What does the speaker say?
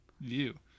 view